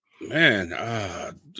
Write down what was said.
Man